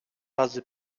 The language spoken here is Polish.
razy